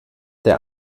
der